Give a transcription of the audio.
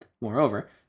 Moreover